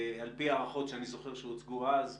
על פי הערכות שאני זוכר שהוצגו אז,